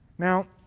Now